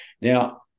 now